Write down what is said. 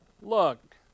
look